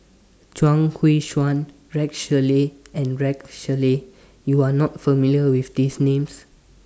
Chuang Hui Tsuan Rex Shelley and Rex Shelley YOU Are not familiar with These Names